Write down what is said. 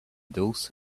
dulce